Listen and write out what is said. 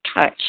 touch